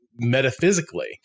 metaphysically